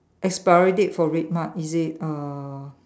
expiry date for RedMart is it uh